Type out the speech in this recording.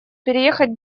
переехать